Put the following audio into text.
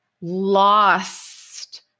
lost